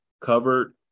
covered